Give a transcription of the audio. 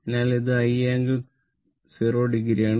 അതിനാൽ ഇത് i angle 0o ആണ്